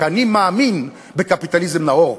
כי אני מאמין בקפיטליזם נאור,